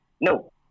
No